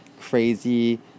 crazy